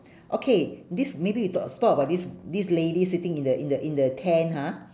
okay this maybe we talk talk about this this lady sitting in the in the in the tent ha